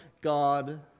God